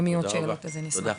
אם יהיו לכם עוד שאלות אז אשמח להשיב.